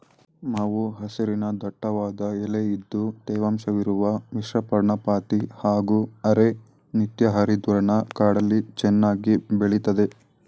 ಮಾವು ಹಸಿರಿನ ದಟ್ಟವಾದ ಎಲೆ ಇದ್ದು ತೇವಾಂಶವಿರುವ ಮಿಶ್ರಪರ್ಣಪಾತಿ ಹಾಗೂ ಅರೆ ನಿತ್ಯಹರಿದ್ವರ್ಣ ಕಾಡಲ್ಲಿ ಚೆನ್ನಾಗಿ ಬೆಳಿತದೆ